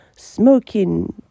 smoking